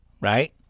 right